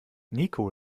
niko